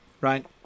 right